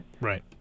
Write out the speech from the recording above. Right